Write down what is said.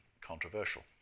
controversial